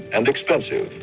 and expensive,